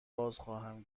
بازخواهم